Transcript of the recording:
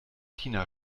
tina